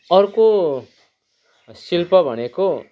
अर्को शिल्प भनेको